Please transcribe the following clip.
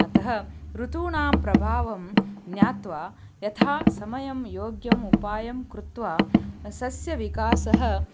अतः ऋतूणां प्रभावं ज्ञात्वा यथा समयं योग्यम् उपायं कृत्वा सस्यविकासः